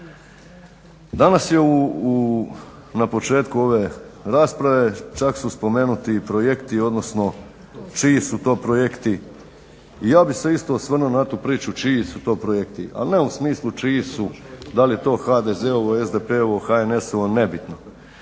Danas je, na početku ove rasprave, čak su spomenuti i projekti odnosno čiji su to projekti i ja bi se isto osvrnuo na tu priču čiji su to projekti al ne u smislu čiji su, dal je to HDZ-ovo, SDP-ovo, HNS-ovo, nebitno,